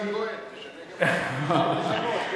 טלב אלסאנע-הכהן, תשנה גם אתה.